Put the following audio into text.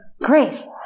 grace